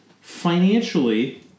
financially